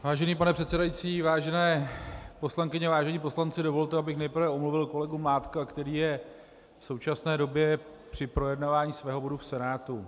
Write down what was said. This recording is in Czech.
Vážený pane předsedající, vážené poslankyně, vážení poslanci, dovolte, abych nejprve omluvil kolegu Mládka, který je v současné době při projednávání svého bodu v Senátu.